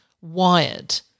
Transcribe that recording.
wired